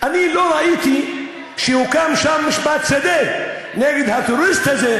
אני לא ראיתי שהוקם שם משפט שדה נגד הטרוריסט הזה,